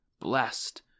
Blessed